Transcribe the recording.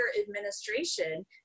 administration